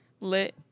Lit